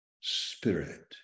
spirit